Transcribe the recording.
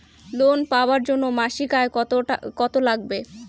Loan পাবার জন্যে মাসিক আয় কতো লাগবে?